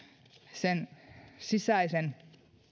sisäistä